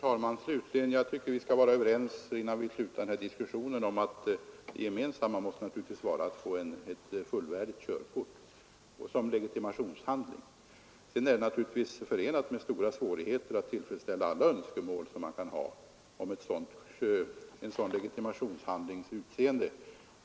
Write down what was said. Herr talman! Jag tycker att vi innan vi avslutar denna diskussion skall vara överens om att vår gemensamma strävan måste vara att få ett fullvärdigt körkort som legitimationshandling. Det är naturligtvis förenat med stora svårigheter att tillfredsställa alla önskemål som kan finnas om en sådan handlings utseende.